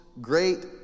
great